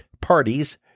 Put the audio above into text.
parties